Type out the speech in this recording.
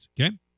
Okay